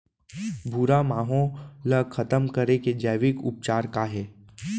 भूरा माहो ला खतम करे के जैविक उपचार का हे?